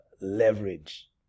leverage